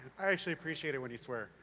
i actually appreciate it when you swear.